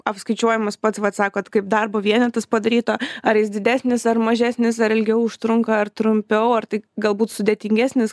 apskaičiuojamas pats vat sakot kaip darbo vienetas padaryto ar jis didesnis ar mažesnis ar ilgiau užtrunka ar trumpiau ar tai galbūt sudėtingesnis